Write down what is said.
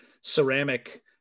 ceramic